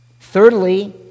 thirdly